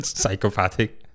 psychopathic